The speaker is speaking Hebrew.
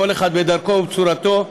כל אחד בדרכו ובצורתו.